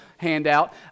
handout